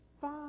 Five